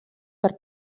per